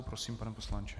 Prosím, pane poslanče.